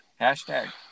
hashtag